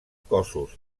cossos